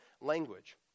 language